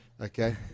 okay